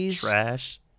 Trash